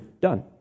done